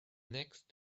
next